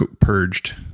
purged